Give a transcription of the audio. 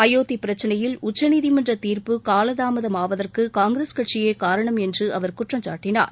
அயோத்தி பிரச்சினையில் உச்சநீதிமன்ற தீர்ப்பு காலதாமதமாவதற்கு காங்கிரஸ் கட்சியே காரணம் என்று அவர் குற்றம் சாட்டினார்